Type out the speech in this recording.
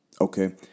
okay